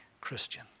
Christian